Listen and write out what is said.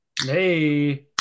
Hey